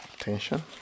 attention